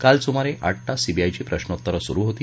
काल सुमारे आठ तास सीबीआयची प्रश्नोत्तर सुरु होती